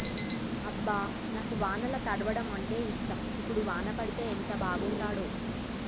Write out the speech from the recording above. అబ్బ నాకు వానల తడవడం అంటేఇష్టం ఇప్పుడు వాన పడితే ఎంత బాగుంటాడో